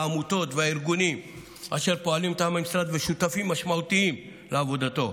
לעמותות ולארגונים אשר פועלים מטעם המשרד ושותפים משמעותיים לעבודתו.